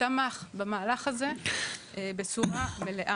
תמך במהלך הזה בצורה מלאה.